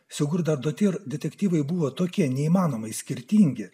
skurdo ir detektyvai buvo tokie neįmanomai skirtingi